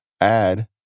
add